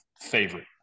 favorite